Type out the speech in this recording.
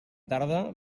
tarda